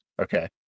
Okay